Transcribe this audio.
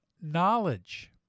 knowledge